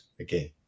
Again